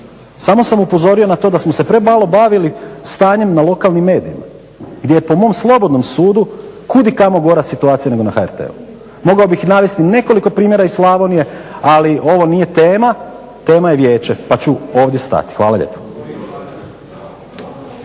samo sam upozorio na to da smo se premalo bavili stanjem na lokalnim medijima gdje je po mom slobodnom sudu kudikamo gora situacija nego na HRT-u. Mogao bih navesti nekoliko primjera iz Slavonije, ali ovo nije tema, tema je vijeće pa ću ovdje stati. Hvala lijepo.